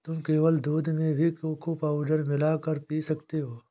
तुम केवल दूध में भी कोको पाउडर मिला कर पी सकते हो